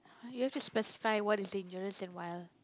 you have to specify what is dangerous and wild